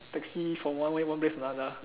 taxi for one way one place to another